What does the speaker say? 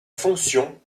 fonction